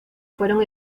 fueron